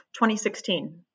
2016